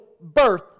birth